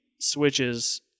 switches